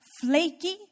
flaky